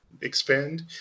expand